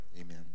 Amen